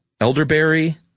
Elderberry